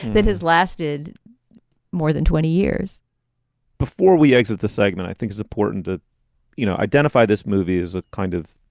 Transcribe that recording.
that has lasted more than twenty years before we exit the segment, i think is important to you know identify this movie as a kind of